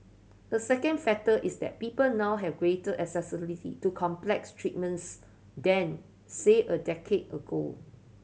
a second factor is that people now have greater accessibility to complex treatments than say a decade ago